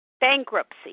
bankruptcy